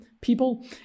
people